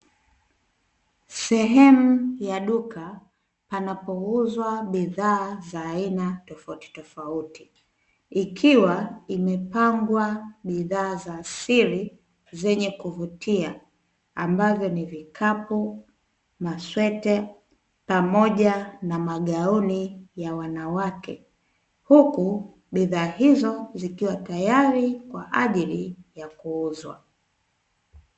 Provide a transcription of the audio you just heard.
Sehemu ya duka panapouzwa bidhaa za aina tofautitofauti, ikiwa imepangwa bidhaa za asili zenye kuvutia ambavyo ni vikapu, masweta pamoja na magauni ya wanawake, huku bidhaa hizo zikiwa tayari kwa ajili ya kuuzwa.